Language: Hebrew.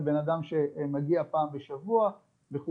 זה בן אדם שמגיע פעם בשבוע וכו'.